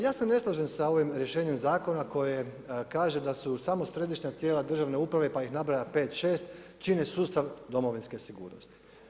Ja se ne slažem sa ovim rješenjem zakona koje kaže da su samo središnja tijela državna uprave pa ih nabraja 5,6 čine sustav domovinske sigurnosti.